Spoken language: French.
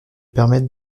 permettre